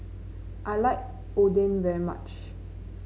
I like Oden very much